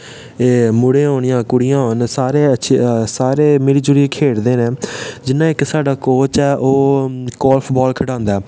मुड़े होन जां कुड़ियां सारे मिली जुलियै खेढदे न जि'यां इक साढ़ा कोच ऐ ओह् गोल्फ गोल खढांदा ऐ